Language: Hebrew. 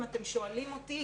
אם אתם שואלים אותי,